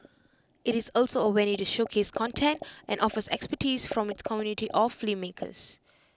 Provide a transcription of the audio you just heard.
IT is also A venue to showcase content and offers expertise from its community of filmmakers